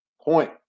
point